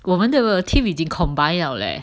我们的 team 已经 combined liao leh